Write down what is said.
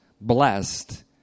blessed